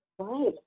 Right